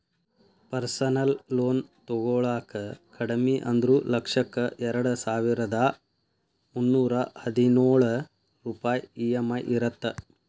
personal loan ತೊಗೊಳಾಕ ಕಡಿಮಿ ಅಂದ್ರು ಲಕ್ಷಕ್ಕ ಎರಡಸಾವಿರ್ದಾ ಮುನ್ನೂರಾ ಹದಿನೊಳ ರೂಪಾಯ್ ಇ.ಎಂ.ಐ ಇರತ್ತ